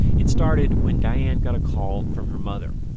it started when diane got a call from her mother,